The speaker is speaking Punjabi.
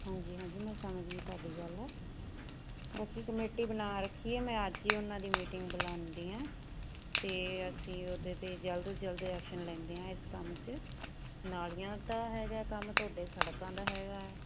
ਹਾਂਜੀ ਹਾਂਜੀ ਮੈਂ ਸਮਝ ਗਈ ਤੁਹਾਡੀ ਗੱਲ